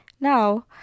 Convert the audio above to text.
Now